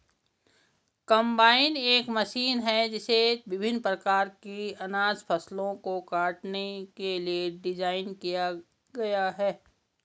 combine एक machine है जिसे विभिन्न प्रकार की अनाज फसलों को काटने के लिए डिज़ाइन किया गया है